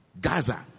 Gaza